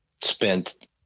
spent